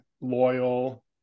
loyal